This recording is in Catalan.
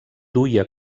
duia